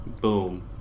boom